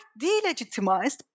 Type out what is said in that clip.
delegitimized